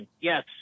Yes